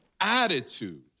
attitude